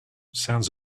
sounds